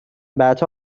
بعدها